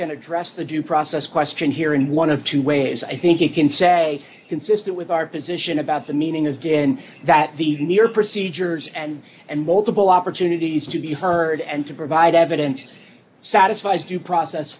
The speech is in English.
can address the due process question here and one of two ways i think you can say consistent with our position about the meaning again that the mere procedures and and multiple opportunities to be heard and to provide evidence satisfies due process